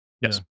Yes